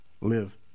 live